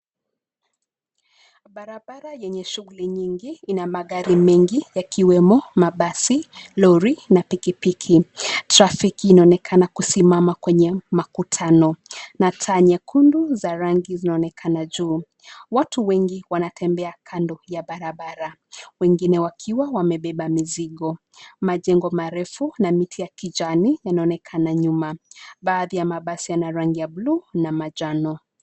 Barabara yenye shughuli nyingi ina magari mengi yakiwemo, mabasi, lori na pikipiki. Trafiki inaonekana kusimama kwenye makutano na taa nyekundu za rangi zinaonekana juu. Watu wengi wanatembea kando ya barabara. Wengine wakiwa wamebeba mizigo. Majengo marefu na miti ya kijani yanaonekana nyuma. Baadhi ya mabasi yana rangi ya blue na manjano.